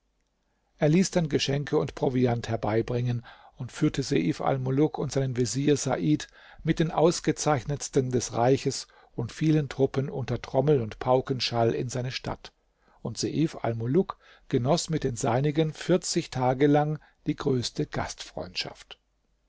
er ließ dann geschenke und proviant herbeibringen und führte seif almuluk und seinen vezier said mit den ausgezeichnetsten des reichs und vielen truppen unter trommel und paukenschall in seine stadt und seif almuluk genoß mit den seinigen vierzig tage lang die größte gastfreundschaft